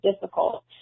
difficult